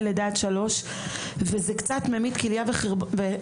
לידה עד שלוש וזה קצת ממית כליה וחורבן,